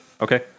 Okay